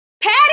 Patty